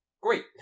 Great